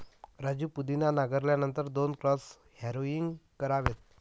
राजू पुदिना नांगरल्यानंतर दोन क्रॉस हॅरोइंग करावेत